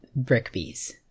Brickbees